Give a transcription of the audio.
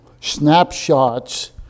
snapshots